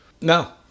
No